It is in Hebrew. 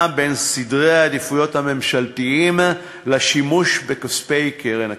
בין סדרי העדיפויות הממשלתיים לשימוש בכספי הקרן הקיימת.